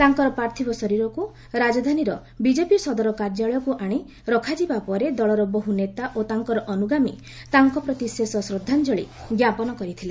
ତାଙ୍କର ପାର୍ଥବ ଶରୀରକୁ ରାଜଧାନୀର ବିଜେପି ସଦର କାର୍ଯ୍ୟାଳୟକୁ ଆଣି ରଖାଯିବା ପରେ ଦଳର ବହୁ ନେତା ଓ ତାଙ୍କର ଅନୁଗାମୀ ତାଙ୍କ ପ୍ରତି ଶେଷ ଶ୍ରଦ୍ଧାଞ୍ଜଳି ଜ୍ଞାପନ କରିଥିଲେ